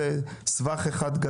זה סבך אחד גדול.